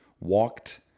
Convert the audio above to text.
walked